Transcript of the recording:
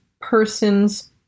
person's